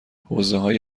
حوزههای